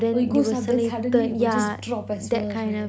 oh it goes up then suddenly it will just drop as well right